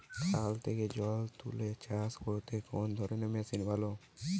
খাল থেকে জল তুলে চাষ করতে কোন ধরনের মেশিন ভালো?